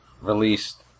released